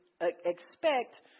expect